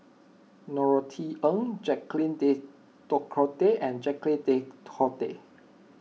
Norothy Ng Jacques De Coutre De and Jacques De Coutre